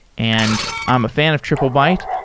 and i'm a fan of triplebyte.